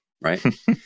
right